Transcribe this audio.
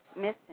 missing